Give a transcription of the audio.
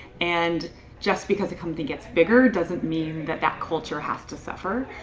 and just because a company gets bigger doesn't mean that that culture has to suffer.